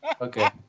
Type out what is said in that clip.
Okay